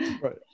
Right